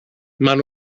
maen